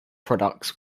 products